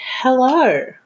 Hello